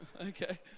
okay